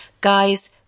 guys